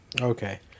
Okay